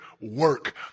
work